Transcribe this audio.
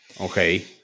Okay